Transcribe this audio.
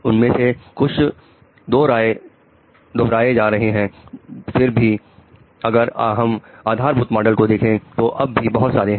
उनमें से कुछ दो राय जा रहे हैं फिर भी अगर हम आधारभूत मॉडल को देखें तो अब भी बहुत सारे हैं